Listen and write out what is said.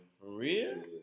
real